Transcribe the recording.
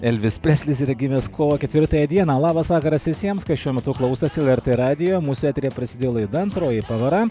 elvis preslis yra gimęs kovo ketvirtąją dieną labas vakaras visiems kas šiuo metu klausosi lrt radijo mūsų eteryje prasidėjo laida antroji pavara